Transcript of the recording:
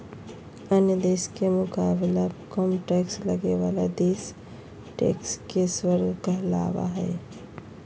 अन्य देश के मुकाबले कम टैक्स लगे बाला देश टैक्स के स्वर्ग कहलावा हई